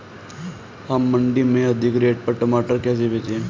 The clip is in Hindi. हम मंडी में अधिक रेट पर टमाटर कैसे बेचें?